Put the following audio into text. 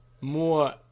more